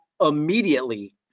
immediately